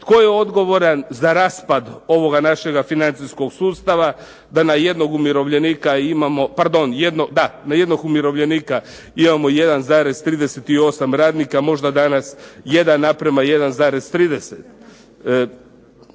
tko je odgovoran za raspad ovoga našega financijskog sustava da na jednog umirovljenika imamo pardon, da na jednog